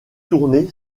tourné